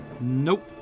Nope